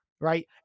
right